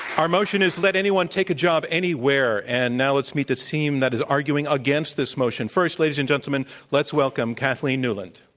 our motion is let anyone take a job anywhere, and now let's meet this team that is arguing against this motion. first, ladies and gentlemen, let's welcome kathleen newland.